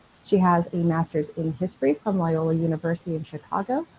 she has a master's in history from loyola university in chicago.